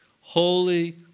Holy